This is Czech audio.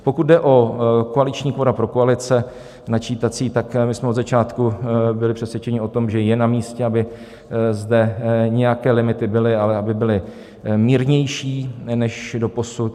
Pokud jde o koaliční kvora pro koalice načítací, tak my jsme od začátku byli přesvědčeni o tom, že je namístě, aby zde nějaké limity byly, ale aby byly mírnější než doposud.